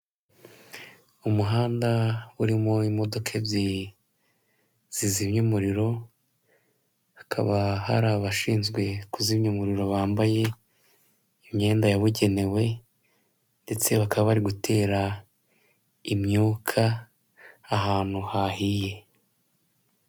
Umuhanda urimo imodoka ebyiri zizimya, umuriro hakaba hari abashinzwe kuzimya umuriro bambaye imyenda yabugenewe ndetse bakaba bari gutera imyuka ahantu hahiye.